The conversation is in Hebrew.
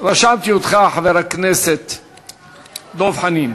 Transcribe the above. תודה לסגנית השר, תודה לשואלים.